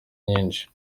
nyinshi